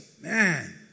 Man